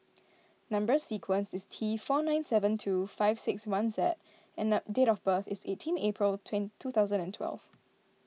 Number Sequence is T four nine seven two five six one Z and the date of birth is eighteen April twin two thousand and twelve